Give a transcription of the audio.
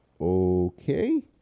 Okay